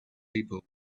people